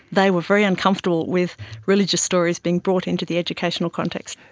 they were very uncomfortable with religious stories being brought into the educational context.